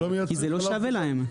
כי זה לא שווה להם.